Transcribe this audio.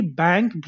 bank